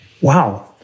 Wow